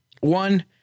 One